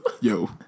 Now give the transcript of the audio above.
Yo